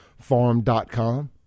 farm.com